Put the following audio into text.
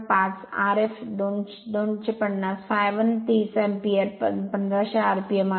5 Rf 2 50 ∅1 30 ampere 1500 rpm आहे